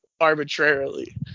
arbitrarily